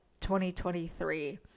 2023